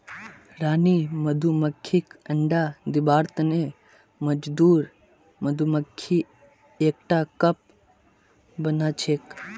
रानी मधुमक्खीक अंडा दिबार तने मजदूर मधुमक्खी एकटा कप बनाछेक